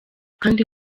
kandi